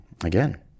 again